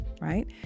right